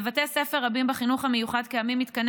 2. בבתי ספר רבים בחינוך המיוחד קיימים מתקני